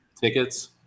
tickets